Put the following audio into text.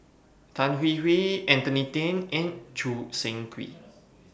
Tan Hwee Hwee Anthony Then and Choo Seng Quee